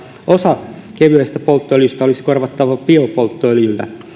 osa kevyestä polttoöljystä olisi korvattava biopolttoöljyllä